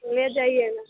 तो ले जाइए न